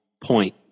point